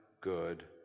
good